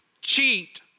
cheat